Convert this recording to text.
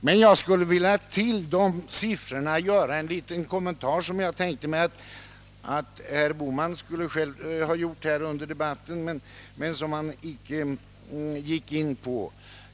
Men till dessa siffror skulle jag vilja göra en kommentar, som jag väntade att herr Bohman skulle göra under debatten men som han underlät.